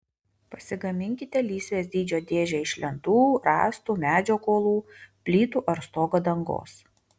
pasigaminkite lysvės dydžio dėžę iš lentų rąstų medžio kuolų plytų ar stogo dangos